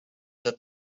that